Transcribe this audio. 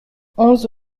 onze